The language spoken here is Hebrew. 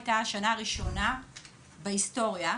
הייתה השנה הראשונה בהיסטוריה,